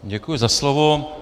Děkuji za slovo.